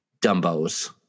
Dumbos